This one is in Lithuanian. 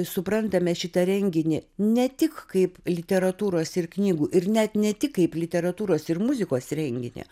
suprantame šitą renginį ne tik kaip literatūros ir knygų ir net ne tik kaip literatūros ir muzikos renginį